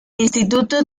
instituto